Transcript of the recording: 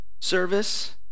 service